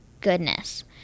goodness